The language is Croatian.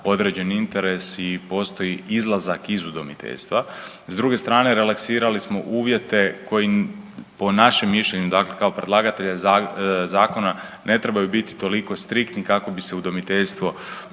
određeni interes i postoji izlazak iz udomiteljstva. S druge strane relaksirali smo uvjete koji po našem mišljenju dakle kao predlagatelja zakona ne trebaju biti toliko striktni kako bi se udomiteljstvo